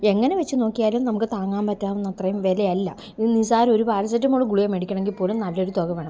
എങ്ങനെ വെച്ച് നോക്കിയാലും നമുക്ക് താങ്ങാൻപറ്റാവുന്ന അത്രേം വിലയല്ല ഇത് നിസ്സാരം ഒരു പാരസെറ്റാമോള് ഗുളിക മേടിക്കണോങ്കില്പോലും നല്ലൊരു തുക വേണം